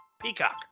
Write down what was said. Peacock